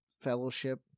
fellowship